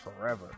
forever